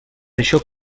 això